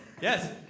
Yes